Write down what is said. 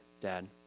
Dad